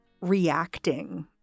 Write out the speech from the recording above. reacting